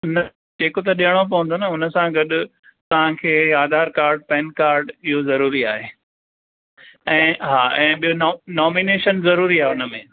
न चैक त ॾियणो पवंदो न उन सां गॾु तव्हां खे आधार कार्ड पैन कार्ड इहो ज़रूरी आहे ऐं हा ऐं ॿियो नौमिनेशन ज़रूरी आहे उन में